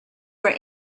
were